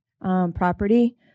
property